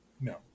No